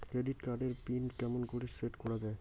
Credit card এর PIN কেমন করি সেট করা য়ায়?